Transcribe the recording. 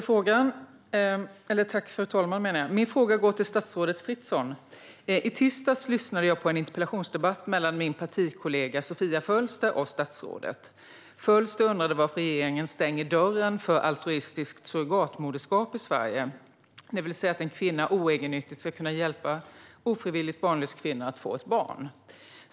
Fru talman! Min fråga går till statsrådet Fritzon. I tisdags lyssnade jag på en interpellationsdebatt mellan min partikollega Sofia Fölster och statsrådet. Fölster undrade varför regeringen stänger dörren till altruistiskt surrogatmoderskap i Sverige, det vill säga att en kvinna oegennyttigt ska kunna hjälpa en ofrivilligt barnlös kvinna att få ett barn.